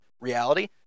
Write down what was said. reality